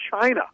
China